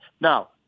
Now